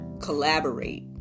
collaborate